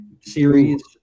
series